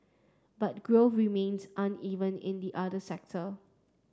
but growth remains uneven in the other sector